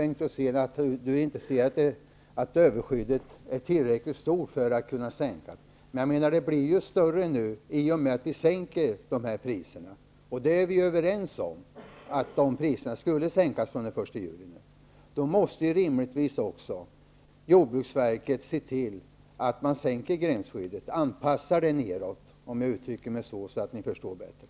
Bengt Rosén menar att överskyddet inte är tillräckligt stort för att kunna sänkas. Men det blir ju större i och med att vi sänker de här priserna, och att de skall sänkas fr.o.m. den 1 juli är vi ju överens om. Då måste ju jordbruksverket rimligen också se till att man sänker gränsskyddet. Man måste anpassa det nedåt, om ni förstår det bättre om jag uttrycker mig så.